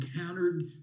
encountered